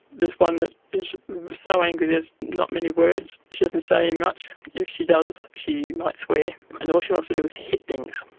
there's one that is so angry there's not many words, she doesn't say much, if she does she might swear and all she wants to do is hit things,